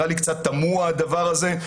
נראה לי קצת תמוה הדבר הזה.